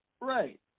Right